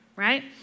right